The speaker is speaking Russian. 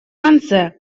конце